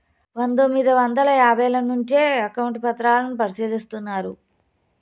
పందొమ్మిది వందల యాభైల నుంచే అకౌంట్ పత్రాలను పరిశీలిస్తున్నారు